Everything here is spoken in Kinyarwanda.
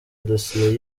dosiye